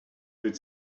would